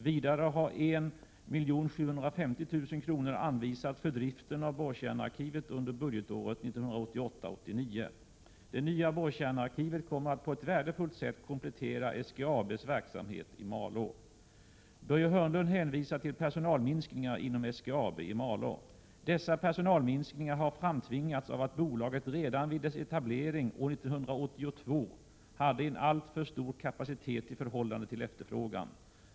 Vidare har 1,75 milj.kr. anvisats för driften av borrkärnearkivet under budgetåret 1988/89. Det nya borrkärnearkivet kommer att på ett värdefullt sätt komplettera SGAB:s verksamhet i Malå. Börje Hörnlund hänvisar till personalminskningar inom SGAB i Malå. Dessa personalminskningar har framtvingats av att bolaget redan vid dess etablering år 1982 hade en alltför stor kapacitet i förhållande till efterfrågan.